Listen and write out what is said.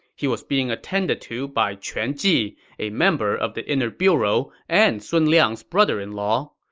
he was being attended to by quan ji, a member of the inner bureau and sun liang's brother-in-law.